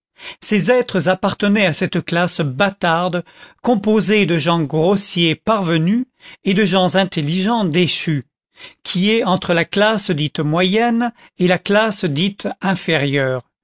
ces êtres appartenaient à cette classe bâtarde composée de gens grossiers parvenus et de gens intelligents déchus qui est entre la classe dite moyenne et la classe dite inférieure